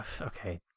okay